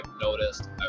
noticed